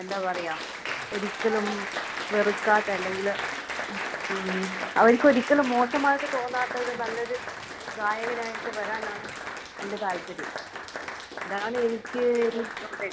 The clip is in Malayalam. എന്താണ് പറയുക ഒരിക്കലും വെറുക്കാത്ത അല്ലെങ്കിൽ അവർക്ക് ഒരിക്കലും മോശമായിട്ട് തോന്നാത്ത ഒരു നല്ലൊരു ഗായകനായിട്ട് വരാനാണ് എൻ്റെ താൽപര്യം അതാണ് എനിക്ക് ഇനി